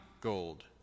gold